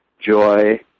joy